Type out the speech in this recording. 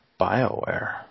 Bioware